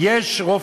יש?